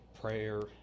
prayer